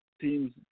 teams